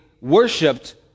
worshipped